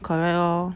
correct lor